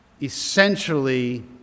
essentially